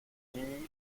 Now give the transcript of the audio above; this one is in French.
ligny